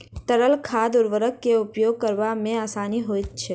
तरल खाद उर्वरक के उपयोग करबा मे आसानी होइत छै